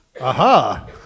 Aha